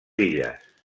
illes